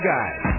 Guys